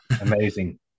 Amazing